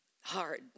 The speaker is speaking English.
hard